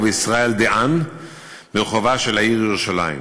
ישראל דה-האן ברחובה של העיר ירושלים.